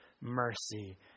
mercy